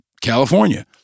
California